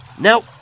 Now